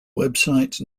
website